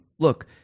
Look